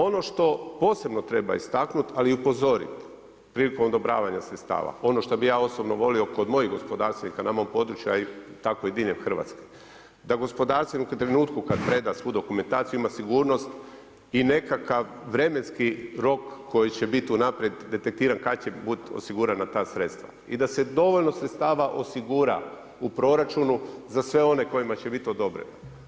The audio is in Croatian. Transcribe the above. Ono što posebno treba istaknut, ali i upozorit prilikom odobravanja sredstava ono što bi ja osobno volio kod mojih gospodarstvenika nama u području a tako i diljem Hrvatske, da gospodarstvenik u trenutku kada preda svu dokumentaciju ima sigurnost i nekakav vremenski rok koji će biti unaprijed detektiran kada će biti osigurana ta sredstva i da se dovoljno sredstava osigura u proračunu za sve one kojima će biti odobreno.